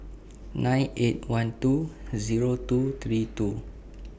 nine eight one two Zero two three two